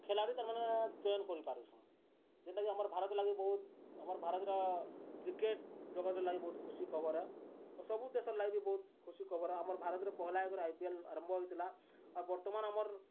ଖେଳାଳି ତାର୍ମାନେ ଚୟନ୍ କରିପାରୁଛୁଁ ଯେନ୍ଟାକି ଆମର୍ ଭାରତ୍ ଲାଗି ବହୁତ୍ ଆମର୍ ଭାରତ୍ର କ୍ରିକେଟ୍ ଜଗତ୍ର ଲାଗି ବହୁତ୍ ଖୁସି ଖବର୍ ଏ ସବୁ ଦେଶର୍ ଲାଗି ବି ବହୁତ୍ ଖୁସି ଖବର୍ ଏ ଆମର୍ ଭାରତ୍ରେ ପହେଲା ହେଇକରି ଆଇ ପି ଏଲ୍ ଆରମ୍ଭ ହେଇଥିଲା ଆଉ ବର୍ତ୍ତମାନ୍ ଆମର୍